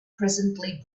presently